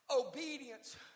obedience